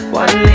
one